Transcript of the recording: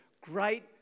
Great